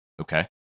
Okay